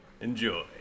enjoy